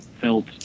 felt